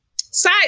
side